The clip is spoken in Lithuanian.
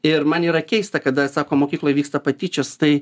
ir man yra keista kada sako mokykloj vyksta patyčios tai